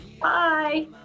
Bye